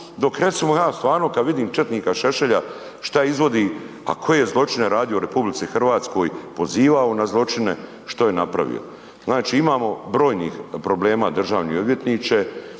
dok recimo nas stvarno kad vidim četnika Šešelja šta izvodi a koje zločine je radio u RH, pozivao na zločine, što je napravio. Znači imamo brojnih problema državni odvjetniče,